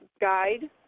guide